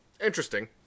interesting